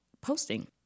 posting